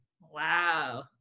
Wow